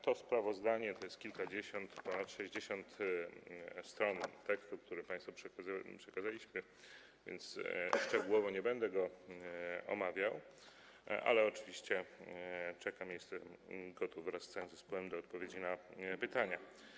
To sprawozdanie to jest kilkadziesiąt, ponad 60 stron tekstu, który państwu przekazaliśmy, więc szczegółowo nie będę go omawiał, ale oczywiście czekam, jestem gotów wraz z całym zespołem odpowiedzieć na pytania.